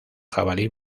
jabalí